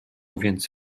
więc